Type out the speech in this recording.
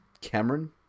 Cameron